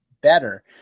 better